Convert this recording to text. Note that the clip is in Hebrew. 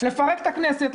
לפרק את הכנסת,